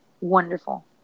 wonderful